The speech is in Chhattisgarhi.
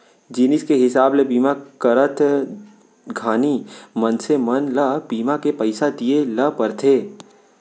जिनिस के हिसाब ले बीमा करत घानी मनसे मन ल बीमा के पइसा दिये ल परथे